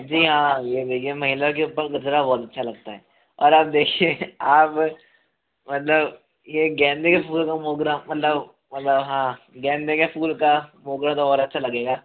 जी हाँ यह देखिये महिला के ऊपर गजरा बहुत अच्छा लगता है और आप देखिये आप मतलब यह गेंदे के फूल को मोगरा मतलब मतलब हाँ गेंदे के फूल का मोगरा तो और अच्छा लगेगा